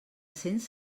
cents